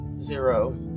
zero